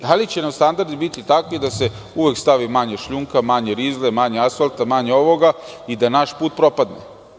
Da li će nam standardi biti takvi da se uvek stavi manje šljunka, manje rizle, manje asfalta i da naš put propadne?